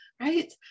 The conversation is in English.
right